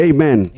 Amen